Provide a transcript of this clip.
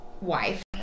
wife